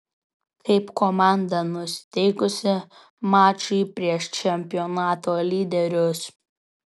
kaip komanda nusiteikusi mačui prieš čempionato lyderius